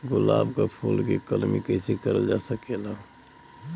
गुलाब क फूल के कलमी कैसे करल जा सकेला?